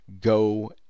go